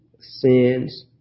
sins